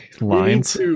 Lines